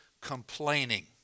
complaining